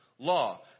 law